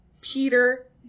Peter